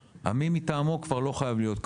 ה-'מי מטעמו' כבר לא חייב להיות קצין.